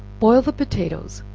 boil the potatoes,